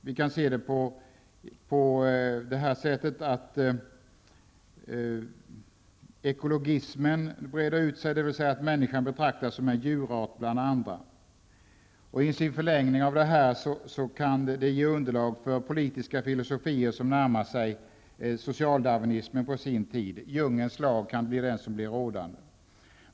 Vi kan se det på att ekologismen breder ut sig, dvs. att människan betraktas som en djurart bland andra. I sin förlängning kan det ge underlag för politiska filosofier som närmar sig socialdarwinismen på sin tid. Djungelns lag kan bli rådande.